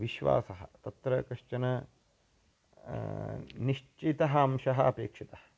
विश्वासः तत्र कश्चन निश्चितः अंशः अपेक्षितः